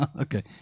Okay